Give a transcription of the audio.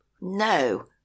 No